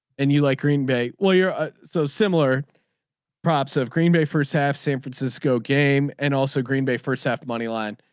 and you like green bay. well you're so similar props of green bay first half san francisco game and also green bay first half moneyline.